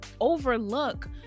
overlook